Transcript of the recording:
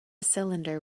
cylinder